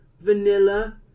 vanilla